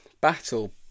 battle